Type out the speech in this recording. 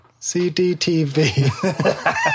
CDTV